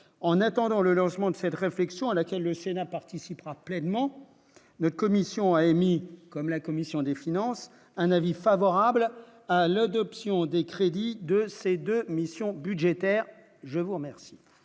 en attendant le lancement de cette réflexion à laquelle le Sénat participera pleinement notre commission a émis comme la commission des finances, un avis favorable à l'Inde option des crédits de ces 2 missions budgétaires, je vous remercie.